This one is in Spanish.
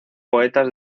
poetas